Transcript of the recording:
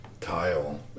tile